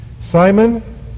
Simon